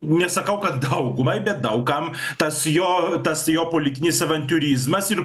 nesakau kad daugumai bet daug kam tas jo tas jo politinis avantiūrizmas ir